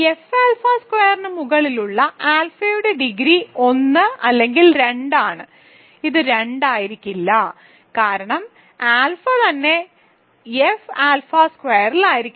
F alpha സ്ക്വയറിനു മുകളിലുള്ള ആൽഫയുടെ ഡിഗ്രി 1 അല്ലെങ്കിൽ 2 ആണ് ഇത് 2 ആയിരിക്കില്ല കാരണം ആൽഫ തന്നെ എഫ് ആൽഫ സ്ക്വയറിലായിരിക്കാം